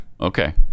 okay